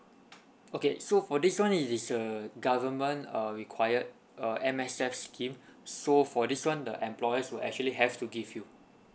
okay so for this one it is the government uh required uh M_S_F scheme so for this one the employers will actually have to give you